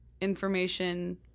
information